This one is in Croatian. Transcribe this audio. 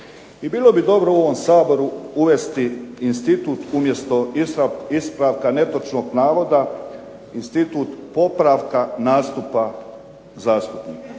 I bilo bi dobro u ovome Saboru uvesti institut umjesto ispravka netočnog navoda, institut popravka nastupa zastupnika.